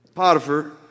Potiphar